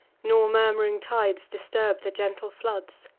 nor murm'ring tides disturb the gentle floods.